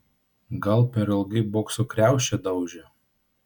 gal per ilgai bokso kriaušę daužė